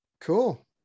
Cool